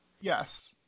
Yes